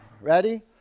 ready